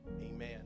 Amen